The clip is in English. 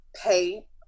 pay